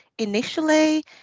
initially